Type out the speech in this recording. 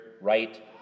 right